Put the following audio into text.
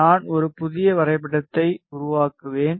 நான் ஒரு புதிய வரைபடத்தை உருவாக்குவேன்